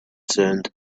sound